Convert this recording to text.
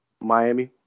Miami